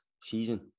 season